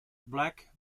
black